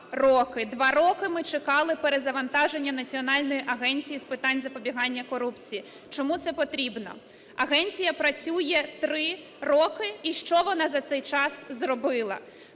Два роки ми чекали перезавантаження Національної агенції з питань запобігання корупції. Чому це потрібно? Агенція працює 3 роки, і що вона за цей час зробила?